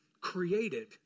created